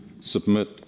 submit